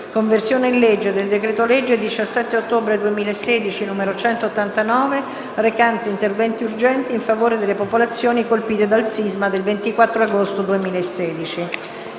«Conversione in legge del decreto-legge 17 ottobre 2016, n. 189, recante interventi urgenti in favore delle popolazioni colpite dal sisma del 24 agosto 2016»